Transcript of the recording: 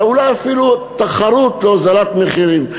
ואולי אפילו תחרות להוזלת מחירים.